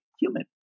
human